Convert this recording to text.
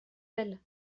elle